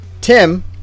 Tim